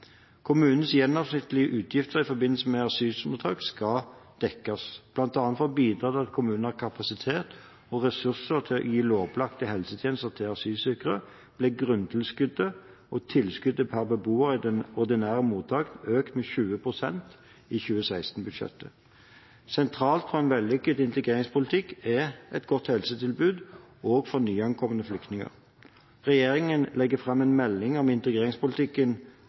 Kommunenes gjennomsnittlige utgifter i forbindelse med asylmottak skal dekkes. Blant annet for å bidra til at kommunene har kapasitet og ressurser til å gi lovpålagte helsetjenester til asylsøkere, ble grunntilskuddet og tilskuddet per beboer i ordinære mottak økt med 20 pst. i 2016-budsjettet. Sentralt for en vellykket integreringspolitikk er et godt helsetilbud, også for nyankomne flyktninger. Regjeringen legger fram en melding om integreringspolitikken